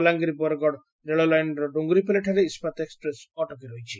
ବଲାଙ୍ଗିର ବରଗଡ଼ ରେଳଲାଇନ୍ର ଡୁଙ୍ଗୁରିପାଲିଠାରେ ଇସ୍ସାତ ଏକ୍ପ୍ରେସ୍ ଅଟକି ରହିଛି